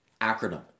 acronym